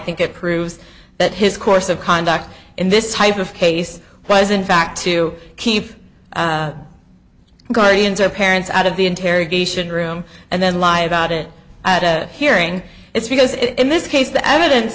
think it proves that his course of conduct in this type of case was in fact to keep guardians of parents out of the interrogation room and then lie about it at a hearing it's because it in this case the evidence